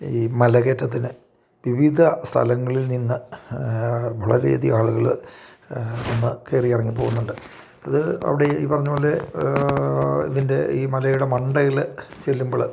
ഈ മലകയറ്റത്തിന് വിവിധ സ്ഥലങ്ങളിൽ നിന്ന് വളരെ അധികം ആളുകൾ ഒന്ന് കയറി ഇറങ്ങി പോകുന്നുണ്ട് അത് അവിടെ ഈ പറഞ്ഞത് പോലെ ഇതിൻ്റെ ഈ മലയുടെ മണ്ടയിൽ ചെല്ലുമ്പോൾ